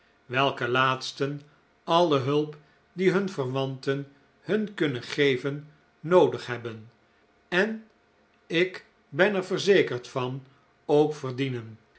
welke laatsten alle hulp die hun verwanten hun kunnen geven noodig hebben en ik ben er verzekerd van ook verdienen